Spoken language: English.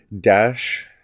dash